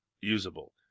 usable